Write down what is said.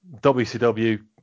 wcw